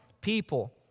people